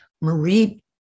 Marie